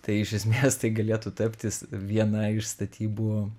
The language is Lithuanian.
tai iš esmės tai galėtų taptis viena iš statybų